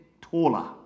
taller